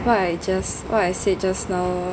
what I just what I said just now